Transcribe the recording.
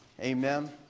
Amen